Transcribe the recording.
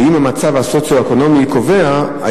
2. אם המצב הסוציו-אקונומי קובע,